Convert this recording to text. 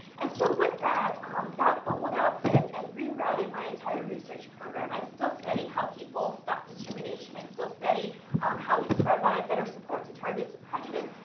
and so, with that, um that bundled up and and rerouted my entire research program. i still study how people stop discrimination. i still study how we can provide better support to targets of prejudice.